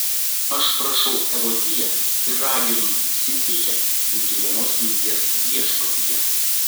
aš prašau evodiją ir raginu sintichę būti vienos minties viešpatyje